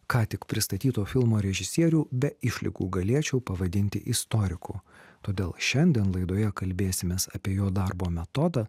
ką tik pristatyto filmo režisierių be išlygų galėčiau pavadinti istoriku todėl šiandien laidoje kalbėsimės apie jo darbo metodą